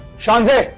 shanzeh!